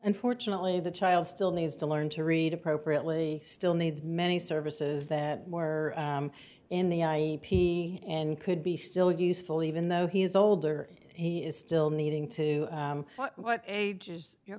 unfortunately the child still needs to learn to read appropriately still needs many services that were in the i p n could be still useful even though he is older he is still needing to know what ages